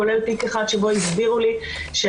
כולל תיק אחד שבו הסבירו לי שהרוצח,